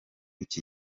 iki